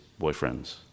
boyfriends